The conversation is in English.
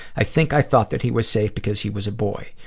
i think i thought that he was safe because he was a boy.